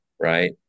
right